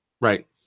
Right